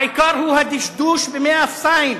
העיקר הוא הדשדוש במי האפסיים.